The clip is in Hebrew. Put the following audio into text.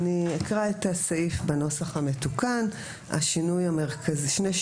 יש שני שינויים מרכזיים בסעיף בנוסח המתוקן: א',